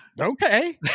Okay